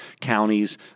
counties